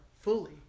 fully